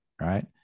right